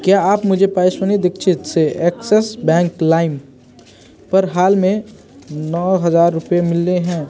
क्या मुझे पायस्विनी दीक्षित से एक्सिस बैंक लाइम पर हाल में नौ हज़ार रुपये मिले हैं